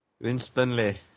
Instantly